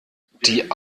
die